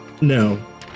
No